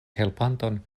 helpanton